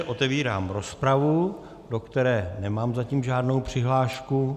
Otevírám rozpravu, do které nemám zatím žádnou přihlášku.